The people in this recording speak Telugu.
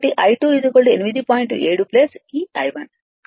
7 ఈ I1 కాబట్టి ఇది 52